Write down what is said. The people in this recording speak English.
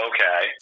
Okay